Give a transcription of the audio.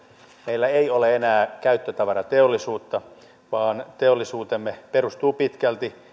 meillä ei ole enää käyttötavarateollisuutta vaan teollisuutemme perustuu pitkälti